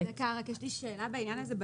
יש לי שאלה בעניין הזה.